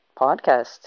podcast